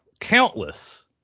Countless